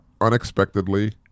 unexpectedly